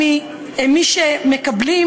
מאלה שמקבלים,